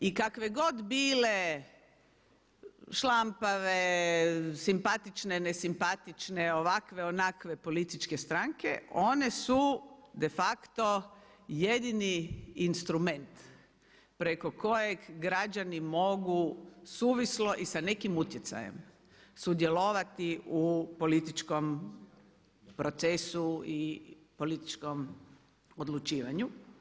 I kakve god bile šlampave, simpatične, nesimpatične, ovakve, onakve političke stranke one su de facto jedini instrument preko kojeg građani mogu suvislo i sa nekim utjecajem sudjelovati u političkom procesu i političkom odlučivanju.